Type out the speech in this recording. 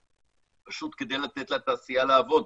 פשוט כדי לתת לתעשייה לעבוד,